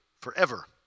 forever